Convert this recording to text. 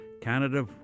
Canada